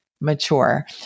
mature